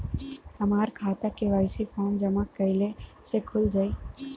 हमार खाता KYC form जमा कइले से खुल जाई?